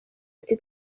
ati